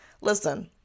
Listen